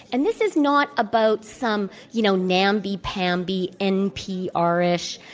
and this is not about some, you know, namby-pamby npr-ish,